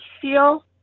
feel